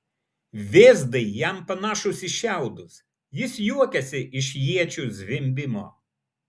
vėzdai jam panašūs į šiaudus jis juokiasi iš iečių zvimbimo